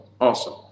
Awesome